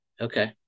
Okay